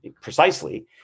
precisely